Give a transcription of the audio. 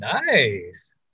Nice